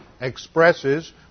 expresses